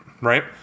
right